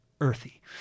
earthy